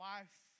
Life